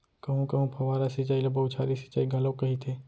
कहूँ कहूँ फव्वारा सिंचई ल बउछारी सिंचई घलोक कहिथे